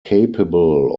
capable